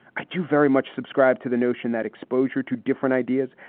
i do very much subscribe to the notion that exposure to different ideas,